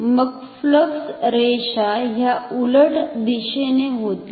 मग फ्लक्स रेषा ह्या उलट दिशेने होतील